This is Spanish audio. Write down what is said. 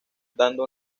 dando